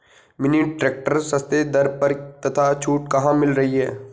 Mini tractor सस्ते दर पर तथा छूट कहाँ मिल रही है?